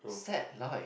sad life